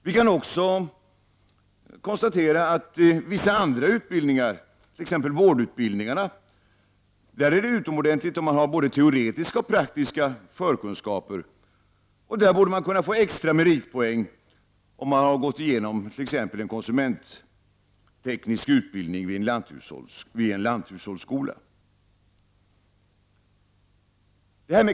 Vi kan också konstatera att när det gäller vissa andra utbildningar, t.ex. vårdutbildningar, så är det utomordentligt om man har både teoretiska och praktiska förkunskaper. Där borde man kunna få extra meritpoäng om man har gått igenom t.ex. en konsumentteknisk utbildning vid en lanthushållsskola.